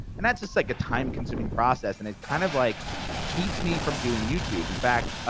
and that's just like a time-consuming process and it kind of like keeps me from doing youtube. in fact,